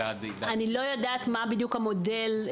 אני לא יודעת מה בדיוק המודל.